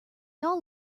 all